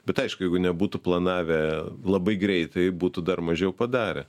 bet aišku jeigu nebūtų planavę labai greitai būtų dar mažiau padarę